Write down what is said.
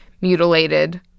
mutilated